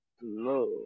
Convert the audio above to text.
love